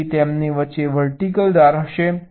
તેથી તેમની વચ્ચે વર્ટિકલ ધાર હશે